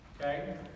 okay